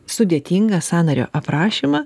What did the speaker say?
sudėtingą sąnario aprašymą